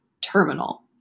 terminal